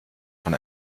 von